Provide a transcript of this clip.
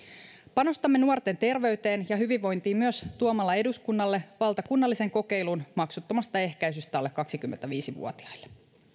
panostamme nuorten terveyteen ja hyvinvointiin myös tuomalla eduskunnalle valtakunnallisen kokeilun maksuttomasta ehkäisystä alle kaksikymmentäviisi vuotiaille